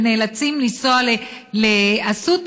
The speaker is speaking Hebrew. ונאלצים לנסוע לאסותא,